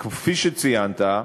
כפי שציינת,